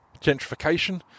gentrification